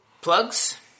Plugs